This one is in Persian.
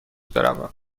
بروم